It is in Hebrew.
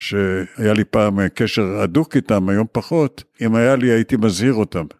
שהיה לי פעם אה, קשר אדוק איתם, היום פחות. אם היה לי הייתי מזהיר אותם.